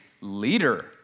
leader